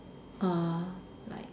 uh like